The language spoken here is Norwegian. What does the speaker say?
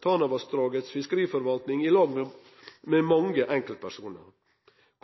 Tanavassdragets fiskeriforvalting, i lag med mange enkeltpersonar.